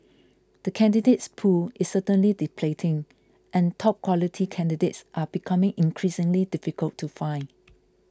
the candidates pool is certainly depleting and top quality candidates are becoming increasingly difficult to find